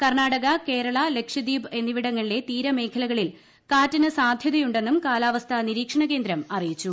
കർണ്ണാടക കേരള ലക്ഷദ്വീപ് എന്നിവിടങ്ങളിലെ തീരമേഖലകളിൽ കാറ്റിന് സാധൃതയുണ്ടെന്നും കാലാവസ്ഥാ നിരീക്ഷണകേന്ദ്രം അറിയിച്ചു